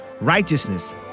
Righteousness